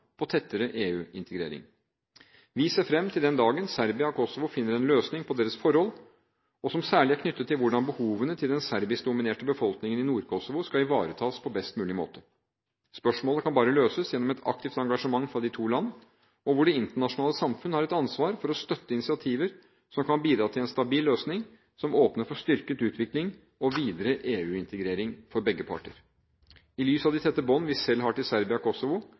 på tettere EU-integrering. Vi ser fram til den dagen Serbia og Kosovo finner en løsning på sitt forhold – og som særlig er knyttet til hvordan behovene til den serbiskdominerte befolkningen i Nord-Kosovo skal ivaretas på best mulig måte. Spørsmålet kan bare løses gjennom et aktivt engasjement fra de to land, og hvor det internasjonale samfunn har et ansvar for å støtte initiativer som kan bidra til en stabil løsning som åpner for styrket utvikling og videre EU-integrering for begge parter. I lys av de tette bånd vi selv har til Serbia og Kosovo,